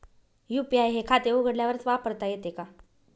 UPI हे खाते उघडल्यावरच वापरता येते का?